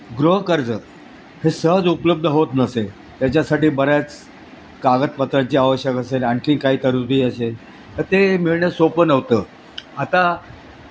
गृहकर्ज हे सहज उपलब्ध होत नसे त्याच्यासाठी बऱ्याच कागदपत्राची आवश्यक असेल आणखी काही तरुजबी असेल तर ते मिळणं सोपं नव्हतं आता